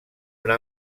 una